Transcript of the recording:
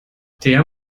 der